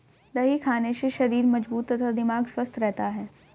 दही खाने से शरीर मजबूत तथा दिमाग स्वस्थ रहता है